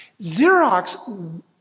Xerox